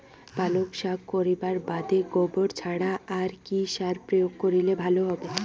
পালং শাক করিবার বাদে গোবর ছাড়া আর কি সার প্রয়োগ করিলে ভালো হবে?